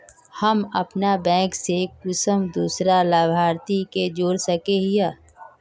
हम अपन बैंक से कुंसम दूसरा लाभारती के जोड़ सके हिय?